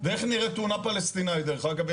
ואיך נראית תאונה פלסטינית, דרך אגב?